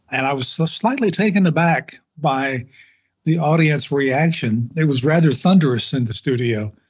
and i was slightly taken aback by the audience reaction, it was rather thunderous in the studio,